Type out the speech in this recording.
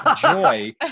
Joy